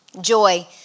Joy